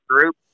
group